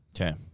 Okay